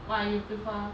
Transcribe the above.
!wah! you prefer